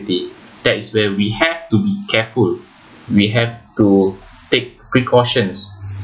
~bility that is where we have to be careful we have to take precautions